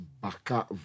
Baka